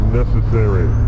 necessary